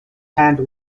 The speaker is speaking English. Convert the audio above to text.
hand